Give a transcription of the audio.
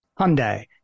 Hyundai